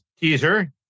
teaser